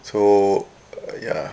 so uh ya